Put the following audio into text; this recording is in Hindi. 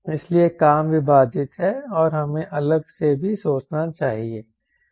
इसलिए काम विभाजित हैं और हमें अलग से भी सोचना चाहिए